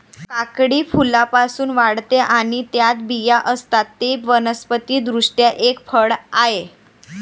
काकडी फुलांपासून वाढते आणि त्यात बिया असतात, ते वनस्पति दृष्ट्या एक फळ आहे